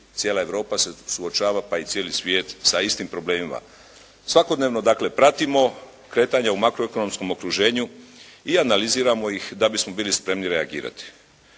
cijela Europa se suočava pa i cijeli svijet sa istim problemima. Svakodnevno dakle pratimo kretanja u makroekonomskom okruženju i analiziramo ih da bismo bili spremni reagirati.